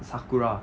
sakura